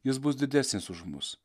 jis bus didesnis už mus